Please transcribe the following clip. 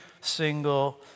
single